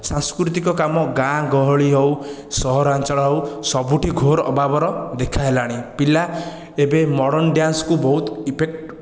ସାଂସ୍କୃତିକ କାମ ଗାଁ ଗହଳି ହେଉ ସହାରାଞ୍ଚଳ ହେଉ ସବୁଠି ଘୋର ଅଭାବର ଦେଖା ହେଲାଣି ପିଲା ଏବେ ମଡ଼ର୍ନ ଡାନ୍ସକୁ ବହୁତ ଇଫେକ୍ଟ